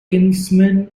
kinsman